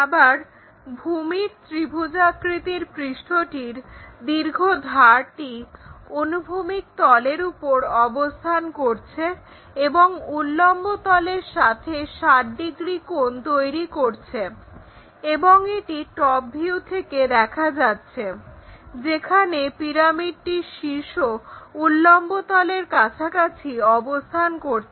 আবার ভূমির ত্রিভুজাকৃতির পৃষ্ঠটির দীর্ঘ ধারটি অনুভূমিক তলের উপর অবস্থান করছে এবং উল্লম্ব তলের সাথে 60 ডিগ্রি কোণ তৈরি করেছে এবং এটি টপ ভিউ থেকে দেখা যাচ্ছে যেখানে পিরামিডটির শীর্ষ উল্লম্ব তলের কাছাকাছি অবস্থান করছে